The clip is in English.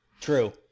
True